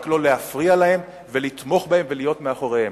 רק לא להפריע להם ולתמוך בהם ולהיות מאחוריהם.